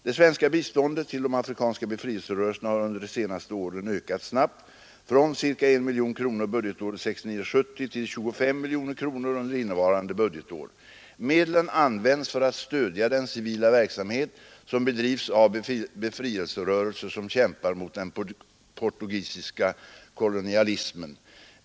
Det svenska biståndet till de afrikanska befrielserörelserna har under senare år ökat snabbt — från ca 1 miljon kronor budgetåret 1969/70 till ca 25 miljoner kronor under innevarande budgetår. Medlen används för att stödja den civila verksamhet som bedrivs av befrielserörelser som kämpar mot den portugisiska kolonialismen.